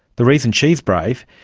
the reason she's brave,